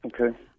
Okay